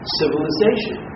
civilization